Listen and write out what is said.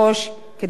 כדי לחסוך זמן,